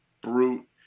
brute